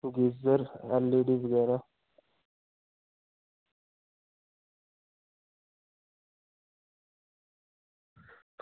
geyser LED बगैरा